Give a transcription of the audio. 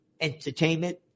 entertainment